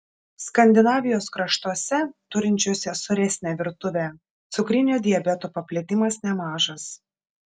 skandinavijos kraštuose turinčiuose sūresnę virtuvę cukrinio diabeto paplitimas nemažas